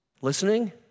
listening